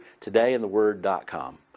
todayintheword.com